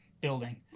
building